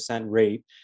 rate